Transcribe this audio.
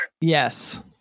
Yes